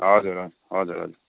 हजुर हजुर हजुर हजुर